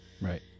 Right